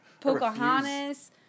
Pocahontas